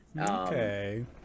okay